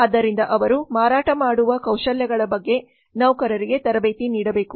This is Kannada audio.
ಆದ್ದರಿಂದ ಅವರು ಮಾರಾಟ ಮಾಡುವ ಕೌಶಲ್ಯಗಳ ಬಗ್ಗೆ ನೌಕರರಿಗೆ ತರಬೇತಿ ನೀಡಬೇಕು